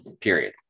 Period